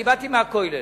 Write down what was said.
אני באתי מהכולל.